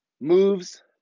moves